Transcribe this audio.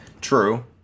True